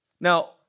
Now